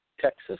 Texas